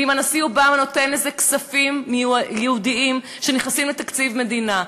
ואם הנשיא אובמה נותן לזה כספים ייעודיים שנכנסים לתקציב המדינה,